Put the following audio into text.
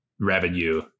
revenue